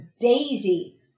Daisy